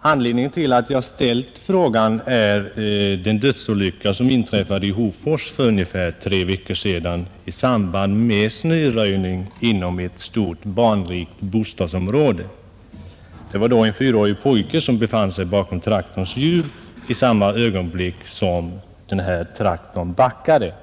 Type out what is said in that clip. Anledningen till att jag ställt frågan är den dödsolycka som inträffade i Hofors för ungefär tre veckor sedan i samband med snöröjning inom ett stort barnrikt bostadsområde. Den omkomne var en fyraårig pojke, som befann sig bakom en traktor som backade.